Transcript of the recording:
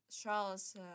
Charles